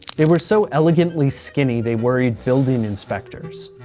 they were so elegantly skinny, they worried building inspectors.